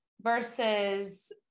versus